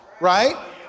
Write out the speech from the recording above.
right